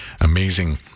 amazing